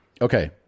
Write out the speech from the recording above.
Okay